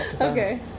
Okay